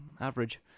average